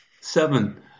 Seven